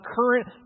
current